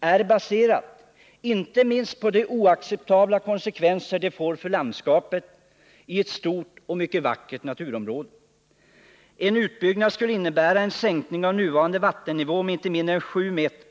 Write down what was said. är baserat inte minst på de oacceptabla konsekvenser projektet får för landskapet i ett stort och mycket vackert naturområde. En utbyggnad skulle innebära en sänkning av nuvarande vattennivå med inte mindre än sju meter.